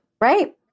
right